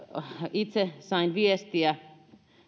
itse sain viestiä